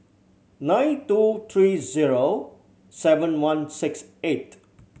nine two three zero seven one six eight